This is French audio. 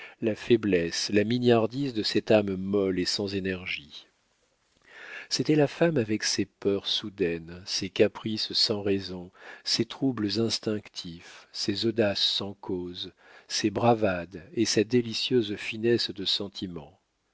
la faiblesse la mignardise de cette âme molle et sans énergie c'était la femme avec ses peurs soudaines ses caprices sans raison ses troubles instinctifs ses audaces sans cause ses bravades et sa délicieuse finesse de sentiment